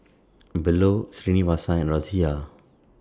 Bellur Srinivasa and Razia